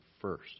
first